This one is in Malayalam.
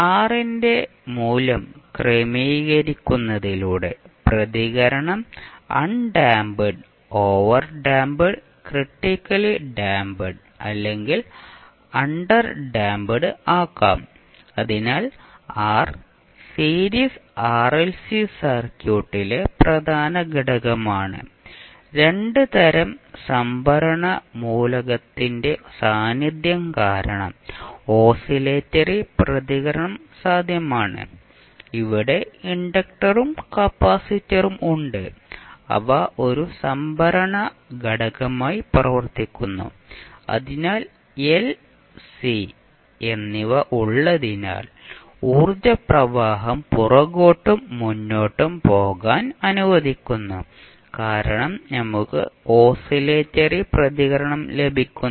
R ന്റെ മൂല്യം ക്രമീകരിക്കുന്നതിലൂടെ പ്രതികരണം അൺഡാംപ്ഡ് ഓവർഡാമ്പ്ഡ് ക്രിട്ടിക്കലി ഡാംപ്ഡ് അല്ലെങ്കിൽ അണ്ടർഡാമ്പ്ഡ് ആക്കാം അതിനാൽ R സീരീസ് RLC സർക്യൂട്ടിലെ പ്രധാന ഘടകമാണ് രണ്ട് തരം സംഭരണ മൂലകത്തിന്റെ സാന്നിധ്യം കാരണം ഓസിലേറ്ററി പ്രതികരണം സാധ്യമാണ് ഇവിടെ ഇൻഡക്റ്ററും കപ്പാസിറ്ററും ഉണ്ട് അവ ഒരു സംഭരണ ഘടകമായി പ്രവർത്തിക്കുന്നു അതിനാൽ എൽ സി എന്നിവ ഉള്ളതിനാൽ ഊർജ്ജപ്രവാഹം പുറകോട്ടും മുന്നോട്ടും പോകാൻ അനുവദിക്കുന്നു കാരണം നമുക്ക് ഓസിലേറ്ററി പ്രതികരണം ലഭിക്കുന്നു